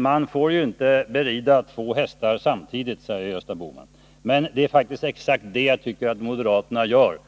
Man får inte berida två hästar samtidigt, säger Gösta Bohman. Men det är faktiskt exakt det jag tycker att moderaterna gör,